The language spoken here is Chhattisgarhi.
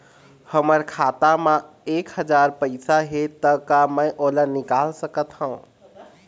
हमर खाता मा एक हजार पैसा हे ता का मैं ओला निकाल सकथव?